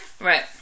Right